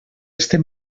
estem